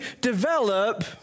develop